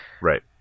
right